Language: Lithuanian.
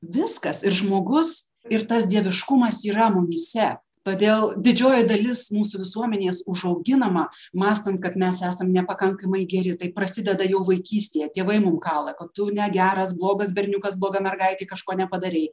viskas ir žmogus ir tas dieviškumas yra mumyse todėl didžioji dalis mūsų visuomenės užauginama mąstant kad mes esam nepakankamai geri tai prasideda jau vaikystėje tėvai mum kala tu negeras blogas berniukas bloga mergaitė kažko nepadarei